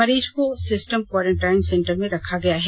मरीज को system quarantine centre में रखा गया है